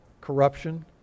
corruption